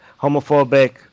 homophobic